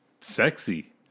sexy